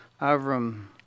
Avram